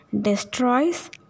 destroys